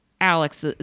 Alex